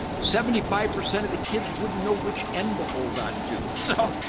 seventy five percent of the kids wouldn't know which end to hold onto. so,